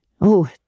Oh